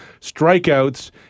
strikeouts